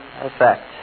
effect